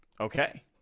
okay